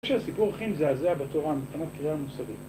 שהסיפור הכי מזעזע בתורה מבחינת קריאה מוסרית.